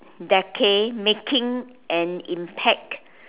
decade making an impact